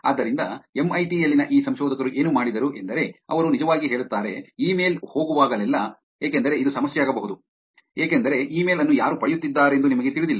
ಆದ್ದರಿಂದ ಎಂಐಟಿ ಯಲ್ಲಿನ ಈ ಸಂಶೋಧಕರು ಏನು ಮಾಡಿದರು ಎಂದರೆ ಅವರು ನಿಜವಾಗಿ ಹೇಳುತ್ತಾರೆ ಇಮೇಲ್ ಹೋಗುವಾಗಲೆಲ್ಲಾ ಏಕೆಂದರೆ ಇದು ಸಮಸ್ಯೆಯಾಗಬಹುದು ಏಕೆಂದರೆ ಇಮೇಲ್ ಅನ್ನು ಯಾರು ಪಡೆಯುತ್ತಿದ್ದಾರೆಂದು ನಿಮಗೆ ತಿಳಿದಿಲ್ಲ